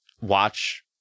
watch